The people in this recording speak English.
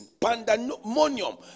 pandemonium